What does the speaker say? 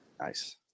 Nice